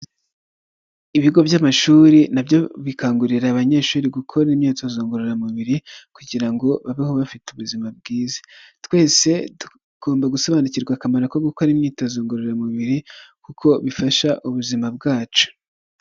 Ibigo by'amashuri na byo bikangurira abanyeshuri gukora imyitozo ngororamubiri kugira ngo babeho bafite ubuzima bwiza, twese gusobanukirwa akamaro ko gukora imyitozo ngororamubiri kuko bifasha ubuzima bwacu.